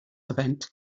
event